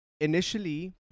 initially